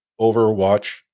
Overwatch